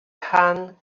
hand